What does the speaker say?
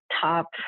top –